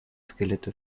skelette